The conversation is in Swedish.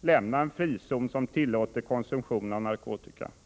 lämna en frizon öppen där konsumtion av narkotika tillåts.